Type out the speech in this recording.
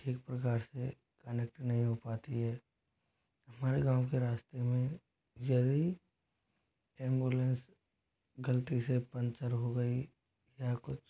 ठीक प्रकार से कनेक्ट नहीं हो पाती है हमारे गाँव के रास्ते में यदि एम्बुलेंस गलती से पंचर हो गई या कुछ